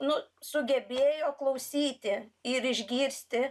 nu sugebėjo klausyti ir išgirsti